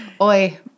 Oi